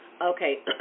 Okay